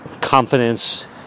confidence